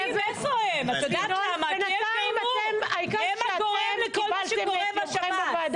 את יודעת למה, כי הם הגורם לכל מה שקורה בשב"ס.